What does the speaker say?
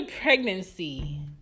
pregnancy